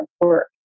work